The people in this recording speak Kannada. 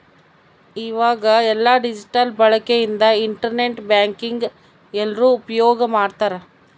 ಈವಾಗ ಎಲ್ಲ ಡಿಜಿಟಲ್ ಬಳಕೆ ಇಂದ ಇಂಟರ್ ನೆಟ್ ಬ್ಯಾಂಕಿಂಗ್ ಎಲ್ರೂ ಉಪ್ಯೋಗ್ ಮಾಡ್ತಾರ